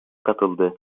katıldı